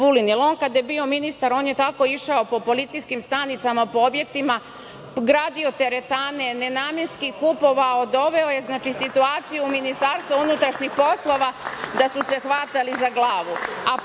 je bio ministar, on je tako išao po policijskim stanicama, po objektima, gradio teretane, nenamenski kupovao. Doveo je situaciju u MUP da su se hvatali za glavu.